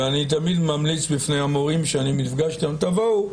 ואני תמיד ממליץ בפני המורים שאני נפגש איתם: תבואו,